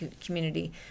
community